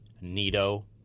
Nito